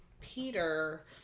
peter